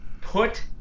put